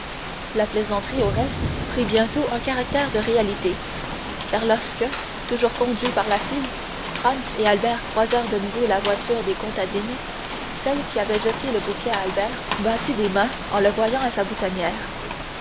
la plaisanterie au reste prit bientôt un caractère de réalité car lorsque toujours conduits par la file franz et albert croisèrent de nouveau la voiture des contadine celle qui avait jeté le bouquet à albert battit des mains en le voyant à sa boutonnière